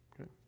Okay